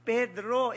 Pedro